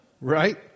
Right